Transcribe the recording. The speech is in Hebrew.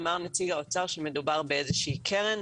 אמר נציג האוצר שמדובר באיזה שהיא קרן,